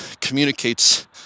communicates